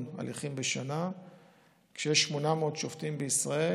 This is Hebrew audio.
הליכים בשנה כשיש 800 שופטים בישראל,